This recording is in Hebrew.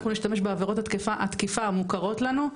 אנחנו נשתמש בעבירות התקיפה המוכרות לנו,